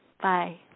Bye